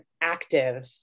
active